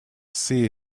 sea